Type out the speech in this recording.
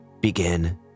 begin